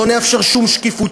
לא נאפשר שום שקיפות,